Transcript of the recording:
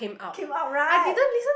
came out right